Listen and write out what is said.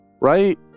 right